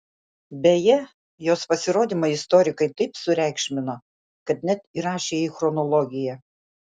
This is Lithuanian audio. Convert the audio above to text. beje jos pasirodymą istorikai taip sureikšmino kad net įrašė į chronologiją